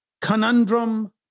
conundrum